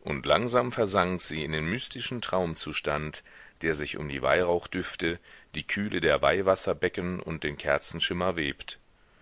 und langsam versank sie in den mystischen traumzustand der sich um die weihrauchdüfte die kühle der weihwasserbecken und den kerzenschimmer webt